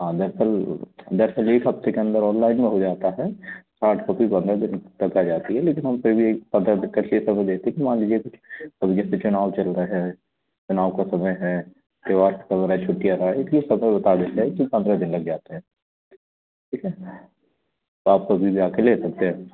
हाँ दरअस्ल दरअस्ल एक हफ़्ते के अन्दर ऑनलाइन में हो जाता है हार्ड कॉपी पंद्रह दिन तक आ जाती है लेकिन उनपे भी पंद्रा दिन का अगर देखें मान लीजिए अब जैसे चुनाव चल रहा है चुनाव का समय है तेहवार चल रहा है छुट्टियाँ हैं इसलिए समय बता देते है कि पंद्रह दिन लग जाते हैं ठीक है तो आप कभी भी आके ले सकते हैं